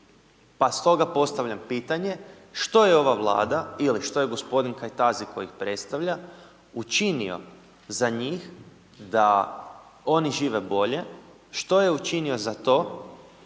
Pa stoga postavljam pitanje, što je ova Vlada ili što je g. Kajtazi kojeg predstavlja, učinio za njih da oni žive bolje, što je učinio za to